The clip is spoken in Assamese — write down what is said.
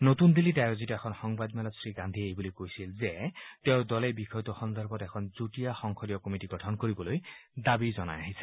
নতুন দিল্লীত আয়োজিত এখন সংবাদমেলত শ্ৰী গান্ধীয়ে এই বুলি কৈছিল যে তেওঁৰ দলে বিষয়টো সন্দৰ্ভত এখন যুটীয়া সংসদীয় কমিটী গঠন কৰিবলৈ দাবী জনাই আহিছে